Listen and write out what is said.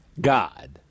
God